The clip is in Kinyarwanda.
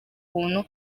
buntu